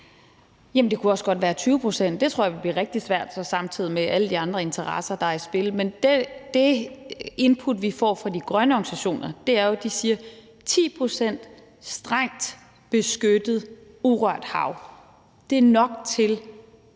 Jamen det kunne også godt være 20 pct. Det tror jeg så ville blive rigtig svært samtidig med alle de andre interesser, der er i spil. Men det input, vi får fra de grønne organisationer, er jo, at 10 pct. strengt beskyttet urørt hav er nok til at skabe